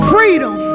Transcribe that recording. Freedom